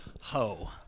ho